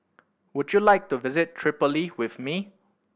would you like to visit Tripoli with me